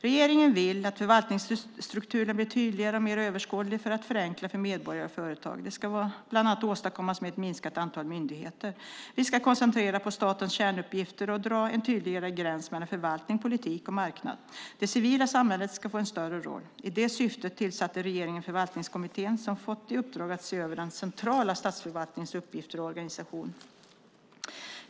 Regeringen vill att förvaltningsstrukturen blir tydligare och mer överskådlig för att förenkla för medborgare och företag. Det ska bland annat åstadkommas med ett minskat antal myndigheter. Vi ska koncentrera på statens kärnuppgifter och dra en tydligare gräns mellan förvaltning, politik och marknad. Det civila samhället ska få en större roll. I det syftet tillsatte regeringen Förvaltningskommittén som fått uppdraget att se över den centrala statsförvaltningens uppgifter och organisation.